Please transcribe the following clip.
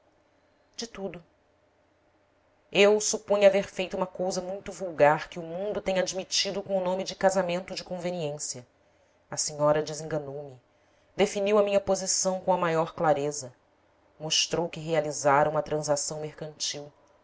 de tudo eu supunha haver feito uma cousa muito vulgar que o mundo tem admitido com o nome de casamento de conveniência a senhora desenganou me definiu a minha posição com a maior clareza mostrou que realizara uma transação mercantil